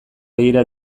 begira